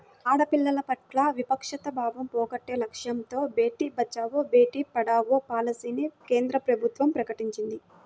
ఆడపిల్లల పట్ల వివక్షతా భావం పోగొట్టే లక్ష్యంతో బేటీ బచావో, బేటీ పడావో పాలసీని కేంద్ర ప్రభుత్వం ప్రకటించింది